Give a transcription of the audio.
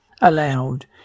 allowed